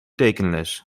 tekenles